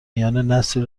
میاننسلی